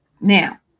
Now